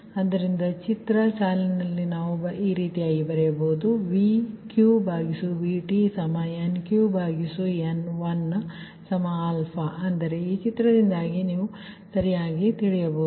ಆದ್ದರಿಂದ ಚಿತ್ರ ಸಾಲಿನಿಂದ ನಾವು ಬರೆಯಬಹುದು VqVt NqNt ಅಂದರೆ ಈ ಚಿತ್ರದಿಂದ ನೀವು ಸರಿಯಾಗಿ ಬರೆಯಬಹುದು